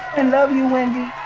and love you, wendy.